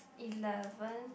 eleven